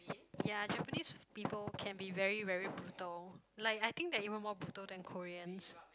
ya Japanese people can be very very brutal like I think they're even more brutal than Koreans